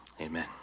Amen